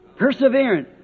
Perseverant